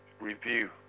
review